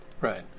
Right